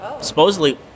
Supposedly